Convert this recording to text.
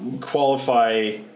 qualify